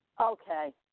Okay